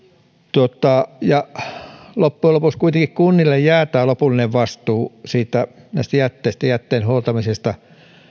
loppujen lopuksi kuitenkin kunnille jää lopullinen vastuu näistä jätteistä jätteen huoltamisesta